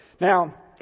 Now